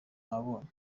nabonye